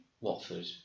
Watford